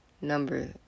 number